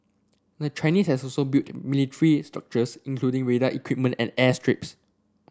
the Chinese has also built military structures including radar equipment and airstrips